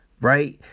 right